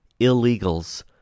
illegals